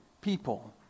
people